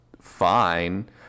fine